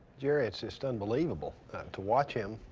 jerry it's just unbelievable to watch him.